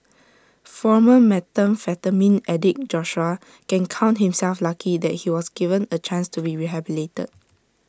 former methamphetamine addict Joshua can count himself lucky that he was given A chance to be rehabilitated